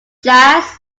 jazz